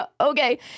okay